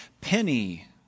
Penny